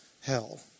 hell